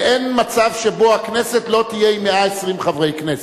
ואין מצב שבו הכנסת לא תהיה עם 120 חברי כנסת,